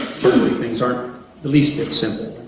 things aren't a least bit simple.